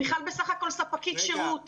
מיכל היא בסך הכל ספקית שירות.